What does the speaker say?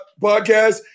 podcast